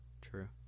True